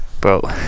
bro